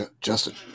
Justin